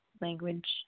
language